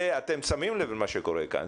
אתם שמים לב למה שקורה כאן.